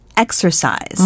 exercise